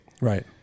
right